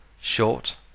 short